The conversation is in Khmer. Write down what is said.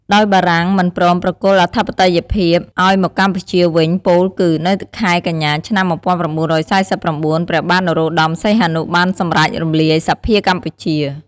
ដោយបារាំងមិនព្រមប្រគល់អធិបតេយ្យភាពឱ្យមកកម្ពុជាវិញ ពោលគឺ នៅខែកញ្ញា ឆ្នាំ ១៩៤៩ ព្រះបាទនរោត្តមសីហនុ បានសំរេចរំលាយសភាកម្ពុជា។